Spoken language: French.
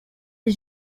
des